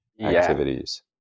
activities